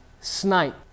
snipe